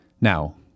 Now